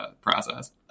process